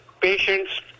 patients